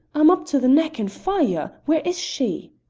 i'm up to the neck in fire. where is she?